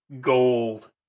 gold